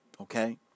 Okay